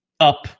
up